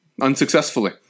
unsuccessfully